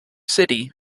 city